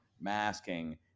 masking